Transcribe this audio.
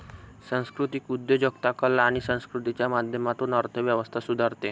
सांस्कृतिक उद्योजकता कला आणि संस्कृतीच्या माध्यमातून अर्थ व्यवस्था सुधारते